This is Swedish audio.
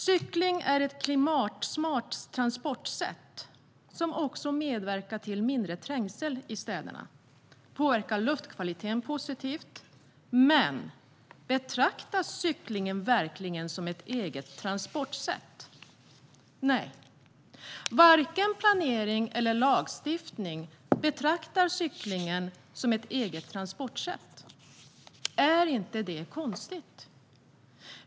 Cykling är ett klimatsmart transportsätt som medverkar till mindre trängsel i städerna och påverkar luftkvaliteten positivt. Men betraktas cykling verkligen som ett eget transportsätt? Nej. Varken planering eller lagstiftning betraktar cykling som ett eget transportsätt. Är inte det konstigt?